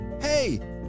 Hey